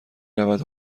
رود